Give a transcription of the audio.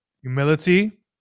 humility